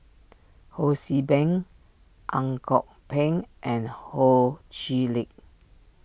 Ho See Beng Ang Kok Peng and Ho Chee Lick